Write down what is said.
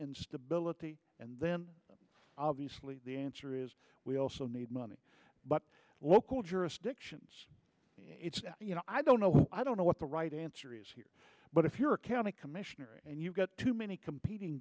and stability and then obviously the answer is we also need money but local jurisdictions you know i don't know i don't know what the right answer is here but if you're a county commissioner and you've got too many competing